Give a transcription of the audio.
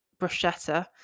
bruschetta